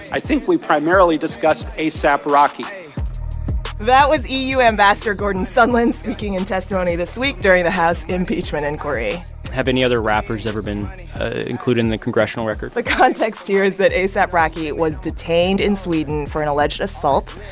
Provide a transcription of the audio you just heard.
i think, we primarily discussed asap rocky that was eu ambassador gordon sondland speaking in testimony this week during the house impeachment inquiry have any other rappers ever been included in the congressional record? the context here that is that asap rocky was detained in sweden for an alleged assault,